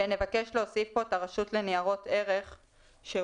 ונבקש להוסיף פה את הרשות לניירות ערך שהורדה